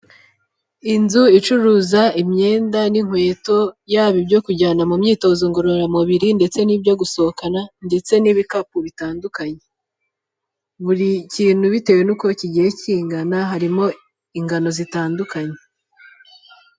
Inzu icuruza imyenda n'inkweto yaba ibyo kujyana mu myitozo ngororamubiri ndetse n'ibyo gusohokana ndetse n'ibikapu bitandukanye buri kintu bitewe n'uko kigiye kingana harimo ingano zitandukanye.